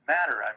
Matter